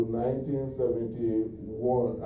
1971